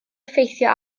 effeithio